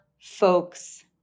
folks